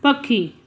पखी